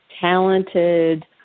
talented